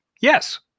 Yes